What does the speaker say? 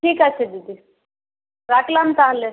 ঠিক আছে দিদি রাখলাম তাহলে